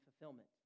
fulfillment